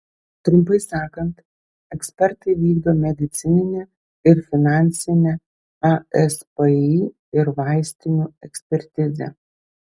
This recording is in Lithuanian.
trumpai sakant ekspertai vykdo medicininę ir finansinę aspį ir vaistinių ekspertizę